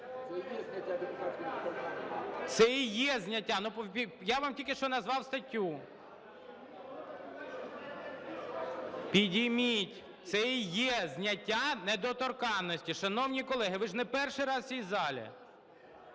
Це і є зняття недоторканності.